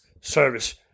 Service